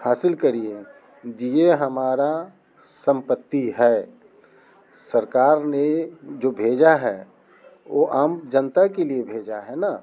हासिल करिए जी ये हमारा संपत्ति है सरकार ने जो भेजा है वो आम जनता के लिए भेजा हैना